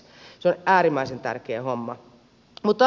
se on äärimmäisen tärkeä homma